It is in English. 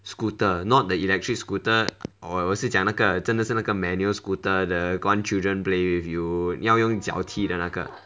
scooter not the electric scooter or 我是讲那个真的是那个 manual scooter the one children play with you 你要用脚踢的那个